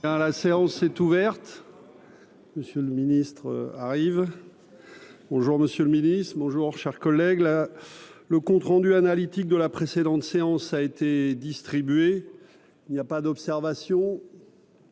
La séance est ouverte, monsieur le Ministre arrive au jour Monsieur le Ministre bonjour chers collègues là le compte rendu analytique de la précédente séance a été distribué, il n'y a pas d'observation.